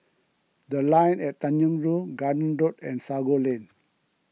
the Line At Tanjong Rhu Garden Road and Sago Lane